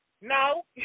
no